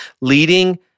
leading